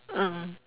ah